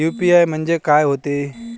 UPI म्हणजे का होते?